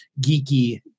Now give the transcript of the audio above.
geeky